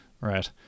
right